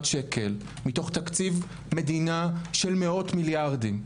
שקל מתוך תקציב מדינה של מאות מיליארדים.